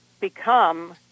become